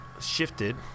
shifted